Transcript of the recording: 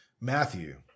Matthew